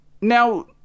now